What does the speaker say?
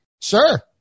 Sure